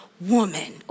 woman